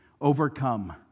overcome